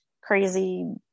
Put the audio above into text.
crazy